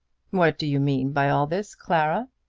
what do you mean by all this, clara?